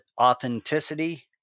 authenticity